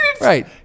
Right